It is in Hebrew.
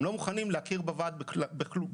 הם לא מוכנים להכיר בוועד בכלום.